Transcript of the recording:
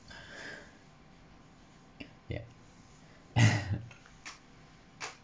ya